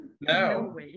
No